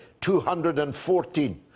214